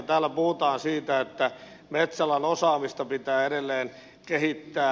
täällä puhutaan siitä että metsäalan osaamista pitää edelleen kehittää